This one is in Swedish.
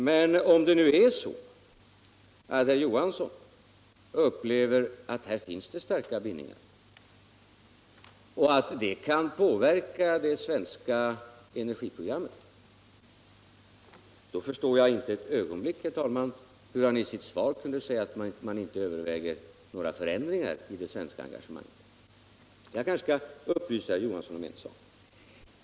Men om herr Johansson nu upplever att här finns starka bindningar och att detta kan påverka det svenska energiprogrammet, då förstår jag inte ett ögonblick, herr talman, hur han i sitt svar kunde säga att regeringen inte överväger några förändringar av Sveriges engagemang. Jag skall kanske upplysa herr Johansson om en sak.